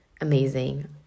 amazing